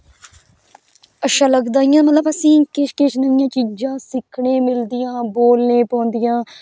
अच्छा लगदा इयां मतलब आसेंगी किश किश नेइयां चीजां सिक्खने गी मिलदियां बोलने पौंदिया